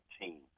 team